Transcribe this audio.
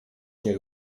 niech